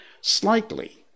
Slightly